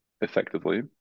effectively